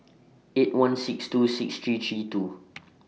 eight one six two six three three two